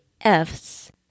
F's